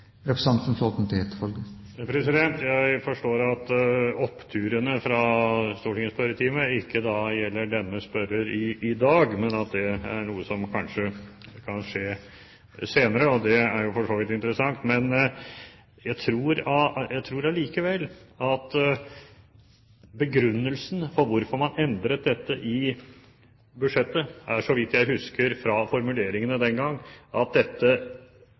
Jeg forstår at oppturene i Stortingets spørretime ikke gjelder denne spørrer i dag, men at det er noe som kanskje kan skje senere, og det er jo for så vidt interessant. Jeg tror likevel at begrunnelsen for hvorfor man endret dette i budsjettet var – så vidt jeg husker fra formuleringene den gang – at dette